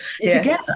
together